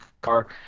car